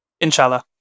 Inshallah